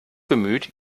bemüht